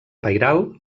pairal